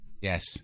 Yes